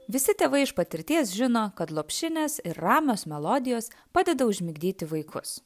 visi tėvai iš patirties žino kad lopšinės ir ramios melodijos padeda užmigdyti vaikus